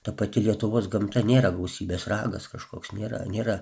ta pati lietuvos gamta nėra gausybės ragas kažkoks nėra nėra